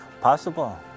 possible